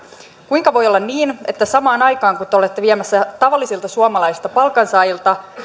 kuinka voi olla niin että samaan aikaan kun te olette viemässä tavallisilta suomalaisilta palkansaajilta